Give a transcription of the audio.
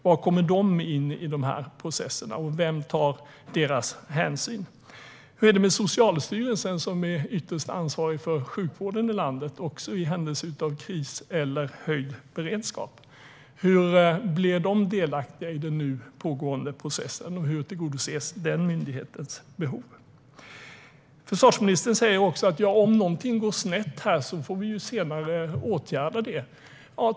Var kommer de in i processen, och vem tar hänsyn till dem? Hur är det med Socialstyrelsen, som är ytterst ansvarig för sjukvården i landet, också i händelse av kris eller höjd beredskap? Hur blir de delaktiga i den nu pågående processen, och hur tillgodoses den myndighetens behov? Försvarsministern säger att om något går snett här får vi åtgärda det senare.